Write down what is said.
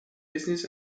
business